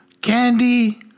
candy